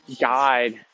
Guide